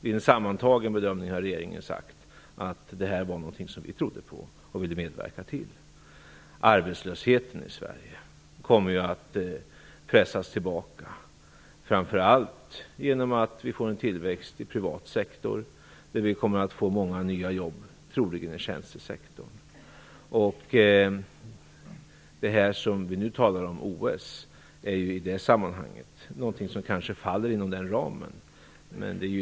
Vid en sammantagen bedömning har regeringen sagt att detta är någonting som vi tror på och vill medverka till. Arbetslösheten i Sverige kommer att pressas tillbaka, framför allt genom en tillväxt i den privata sektorn. Där kommer det att bli många nya jobb, troligen inom tjänstesektorn. OS, som vi nu talar om, faller kanske inom den ramen.